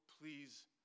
please